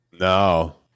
No